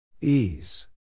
Ease